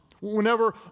Whenever